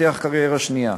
לפתח קריירה שנייה,